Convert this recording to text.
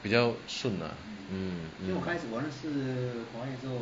比较顺 lah mm mm